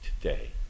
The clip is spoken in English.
today